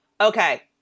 Okay